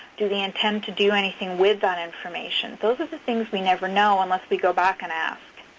do they intend to do anything with that information? those are the things we never know unless we go back and ask.